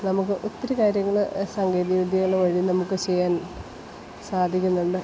നമുക്ക് ഒത്തിരി കാര്യങ്ങൾ സാങ്കേതിക വിദ്യകൾ വഴി നമുക്ക് ചെയ്യാൻ സാധിക്കുന്നുണ്ട്